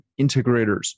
integrators